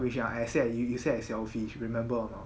which are I except you you say I selfish remember or not